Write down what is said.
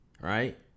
right